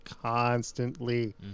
constantly